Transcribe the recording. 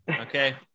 Okay